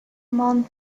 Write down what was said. want